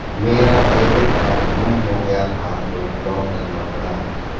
मेरा debit card गुम हो गया था तो ब्लॉक करना पड़ा